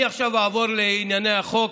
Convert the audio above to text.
אני עכשיו אעבור לענייני החוק.